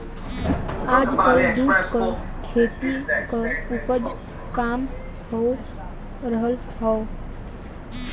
आजकल जूट क खेती क उपज काम हो रहल हौ